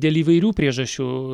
dėl įvairių priežasčių